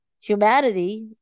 humanity